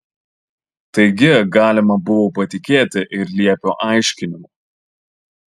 taigi galima buvo patikėti ir liepio aiškinimu